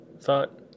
Thought